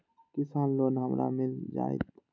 किसान लोन हमरा मिल जायत?